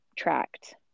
Tracked